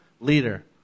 leader